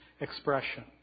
expression